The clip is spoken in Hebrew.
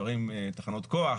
תחנות כוח,